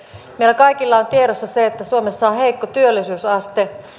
meillä kaikilla on tiedossa se että suomessa on heikko työllisyysaste